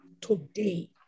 today